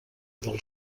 del